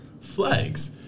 Flags